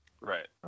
Right